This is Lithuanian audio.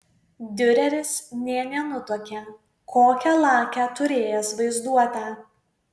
diureris nė nenutuokė kokią lakią turėjęs vaizduotę